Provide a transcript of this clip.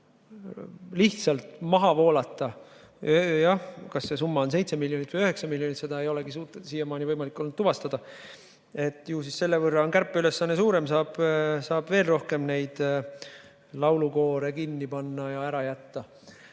lihtsalt maha voolata. Jah, kas see summa on 7 miljonit või 9 miljonit, seda ei olegi olnud siiamaani võimalik tuvastada. Ju siis selle võrra on kärpeülesanne suurem, saab veel rohkem laulukoore kinni panna. Aga